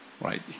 right